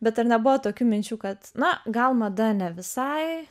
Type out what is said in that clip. bet ar nebuvo tokių minčių kad na gal mada ne visai